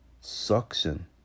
suction